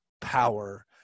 power